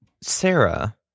Sarah